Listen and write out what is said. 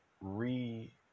re